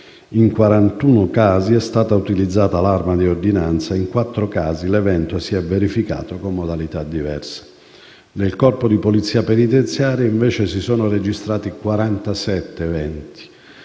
In 41 casi è stata utilizzata l'arma di ordinanza, in 4 casi l'evento si è verificato con modalità diverse. Nel Corpo di polizia penitenziaria si sono registrati 47 eventi,